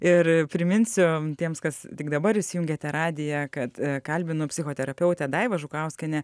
ir priminsiu tiems kas tik dabar įsijungiate radiją kad kalbinu psichoterapeutę daivą žukauskienę